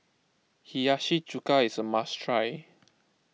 Hiyashi Chuka is a must try